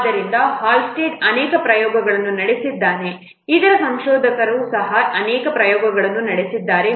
ಆದ್ದರಿಂದ ಹಾಲ್ಸ್ಟೆಡ್ ಅನೇಕ ಪ್ರಯೋಗಗಳನ್ನು ನಡೆಸಿದ್ದಾನೆ ಇತರ ಸಂಶೋಧಕರು ಸಹ ಅನೇಕ ಪ್ರಯೋಗಗಳನ್ನು ನಡೆಸಿದ್ದಾರೆ